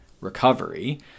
recovery